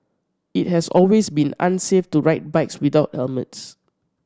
it has always been unsafe to ride bikes without helmets